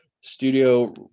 studio